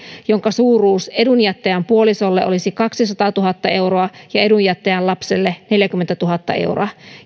jonka suuruus edunjättäjän puolisolle olisi kaksisataatuhatta euroa ja edunjättäjän lapselle neljäkymmentätuhatta euroa